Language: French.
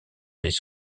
des